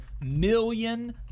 million